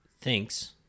thinks